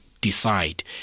decide